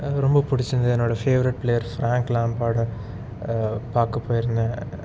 எனக்கு ரொம்ப பிடிச்சி இருந்தது என்னோடய ஃபேவரிட் பிளேயர்ஸ் ஃப்ரேங்க் லேம்பேர்டு பார்க்க போயிருந்தேன்